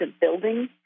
building